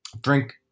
drink